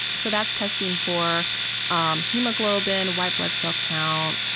so that's testing for um hemoglobin, white blood cell count,